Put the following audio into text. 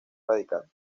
radical